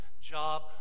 job